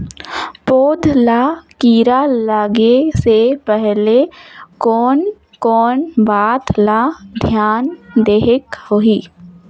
पौध ला कीरा लगे से पहले कोन कोन बात ला धियान देहेक होही?